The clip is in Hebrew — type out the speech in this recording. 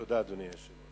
תודה, אדוני היושב-ראש.